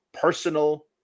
personal